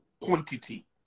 quantity